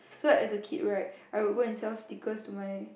so like as a kid right I will go and sell stickers to my